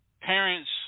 parents